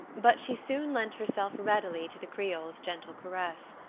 but she soon lent herself readily to the creole's gentle caress.